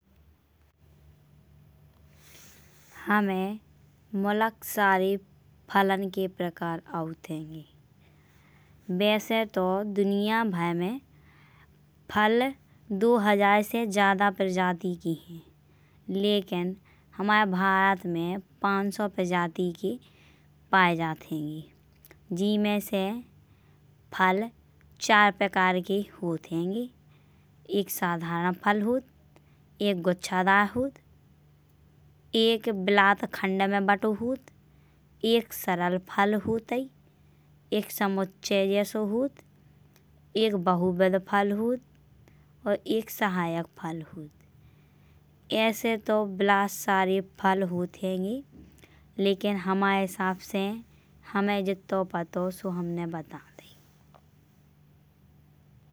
हमे मुलक सारे फलन के प्रकार आठ हाइंगे। वैसे तो दुनिया भर में फल दो हजार से ज्यादा प्रजाति के है। लेकिन हमरए भारत में पांच सौ प्रजाति के पाए जात हाइंगे। जिमे से फल चार प्रकार के होत हाइंगे। एक साधारण फल होत एक गुच्छडार होत। एक बिलाट खंड में बंटन होत एक सरल फल होत। एक समुच्चय जइसो होत एक बहुबद फल होत और एक सहायक फल होत। ऐसे तो बिलाट सारे फल होत हाइंगे। लेकिन हमये हिसाब से हमें जित्तो पातो सो हमने बता दई।